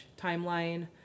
timeline